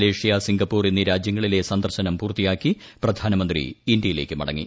Indonesia Malaysia Singapore എന്നീ രാജ്യങ്ങളിലെ സന്ദർശനം പൂർത്തിയാക്കി പ്രധാനമന്ത്രി ഇന്ത്യയിലേക്ക് മടങ്ങി